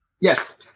Yes